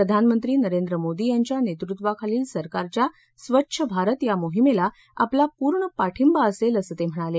प्रधानमंत्री नरेंद्र मोदी यांच्या नेतृत्वाखालील सरकारच्या स्वच्छ भारत या मोहिमेला आपला पूर्ण पाठिंबा असेल असं ते म्हणाले